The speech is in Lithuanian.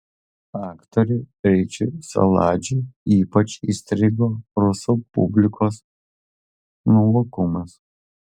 aktoriui ryčiui saladžiui ypač įstrigo rusų publikos nuovokumas